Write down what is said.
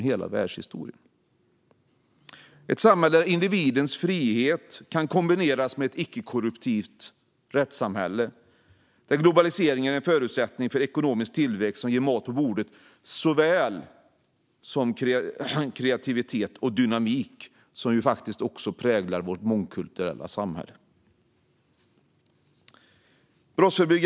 Det är ett samhälle där individens frihet kan kombineras med ett icke-korrupt rättssamhälle och där globalisering är en förutsättning för ekonomisk tillväxt som ger mat på bordet såväl som kreativitet och dynamik, som ju faktiskt också präglar vårt mångkulturella samhälle.